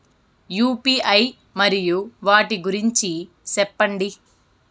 UPI మరియు వాటి గురించి సెప్పండి?